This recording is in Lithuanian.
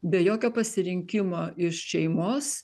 be jokio pasirinkimo iš šeimos